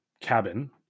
cabin